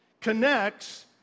connects